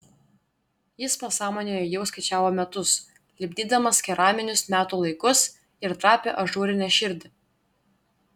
jis pasąmonėje jau skaičiavo metus lipdydamas keraminius metų laikus ir trapią ažūrinę širdį